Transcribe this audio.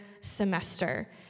semester